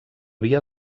via